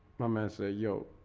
my man, say yo